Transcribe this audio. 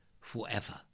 forever